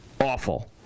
Awful